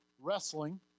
Wrestling